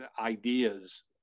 ideas